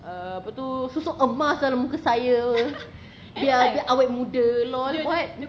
uh apa tu susuk emas dalam muka saya biar biar awet muda LOL what